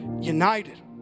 united